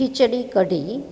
khichdi kadhi